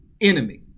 enemy